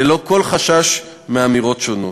ללא כל חשש מאמירות שונות.